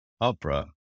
opera